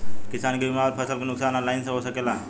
किसान के बीमा अउर फसल के नुकसान ऑनलाइन से हो सकेला?